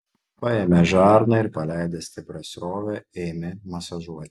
paėmė žarną ir paleidęs stiprią srovę ėmė masažuoti